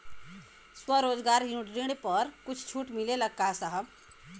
स्वरोजगार ऋण पर कुछ छूट मिलेला का साहब?